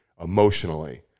emotionally